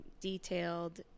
detailed